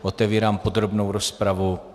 Otevírám podrobnou rozpravu.